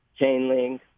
Chainlink